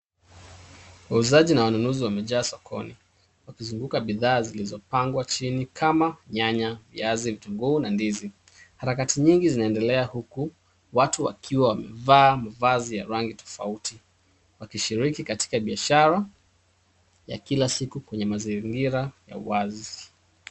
Wauzaji na wanunuzi wamejaa sokoni wakizunguka bidhaa zilizopangwa chini kama nyanya, viazi , vitunguu na ndizi. Harakati nyingi zinaendelea huku watu wakiwa wamevaa mavazi ya rangi tofauti wakishiriki katika biashara ya kila siku kwenye mazingira ya wazi.